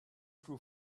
true